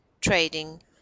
trading